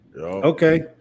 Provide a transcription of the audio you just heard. Okay